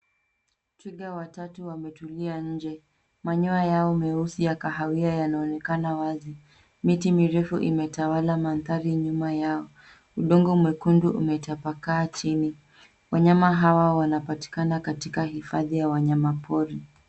Twiga watatu wametulia nje. Manyoya yao meusi ya kahawia yanaonekana wazi. Miti mirefu imetawala mandhari nyuma yao, udongo mwekundu umetapakaa chini. Wanyama hawa wanapakana katika hifadhi ya wanyama pori.